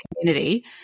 community